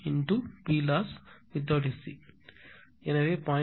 9521× Ploss எனவே 0